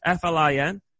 FLIN